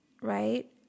right